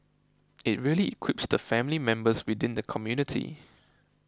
it really equips the family members within the community